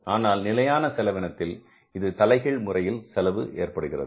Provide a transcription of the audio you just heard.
ஆனால் நிலையான செலவினத்தில் இது தலைகீழ் முறையில் செலவு ஏற்படுகிறது